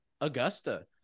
Augusta